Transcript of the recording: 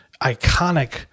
iconic